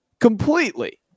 completely